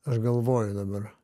aš galvoju dabar